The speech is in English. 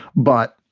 but,